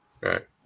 Right